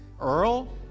Earl